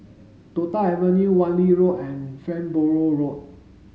Toh Tuck Avenue Wan Lee Road and Farnborough Road